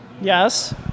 Yes